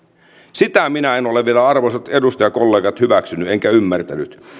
sitä minä en ole vielä arvoisat edustajakollegat hyväksynyt enkä ymmärtänyt